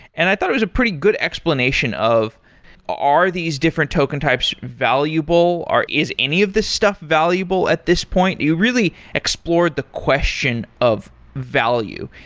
and i thought it was a pretty good explanation of are these different token types valuable, or is any of this stuff valuable at this point? you really explored the question of value.